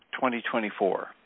2024